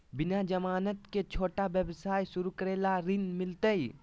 बिना जमानत के, छोटा व्यवसाय शुरू करे ला ऋण मिलतई?